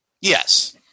Yes